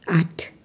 आठ